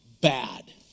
bad